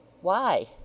Why